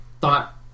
thought